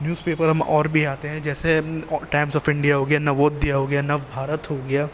news paper ہم اور بھی آتے ہیں جیسے ٹائمس آف انڈیا ہو گیا نوودیا ہو گیا نو بھارت ہو گیا